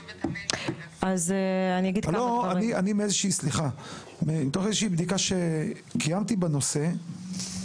הלוא אני מתוך בדיקה שקיימתי בנושא,